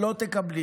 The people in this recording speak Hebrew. לא תקבלי.